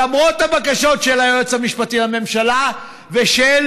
למרות הבקשות של היועץ המשפטי לממשלה ושל